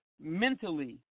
mentally